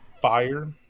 fire